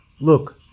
look